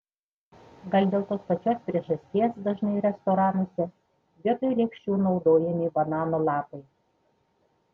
gal dėl tos pačios priežasties dažnai restoranuose vietoj lėkščių naudojami banano lapai